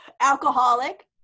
Alcoholic